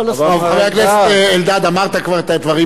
חבר הכנסת אלדד, אמרת כבר את הדברים האלה.